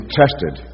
tested